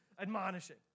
admonishing